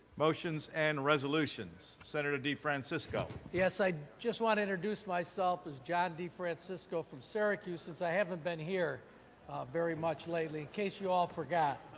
motions and resolutions. senator defrancisco. yes, i just wanted to introduce myself as john defrancisco, from syracuse as i haven't been here very much lately. in case you all forgot.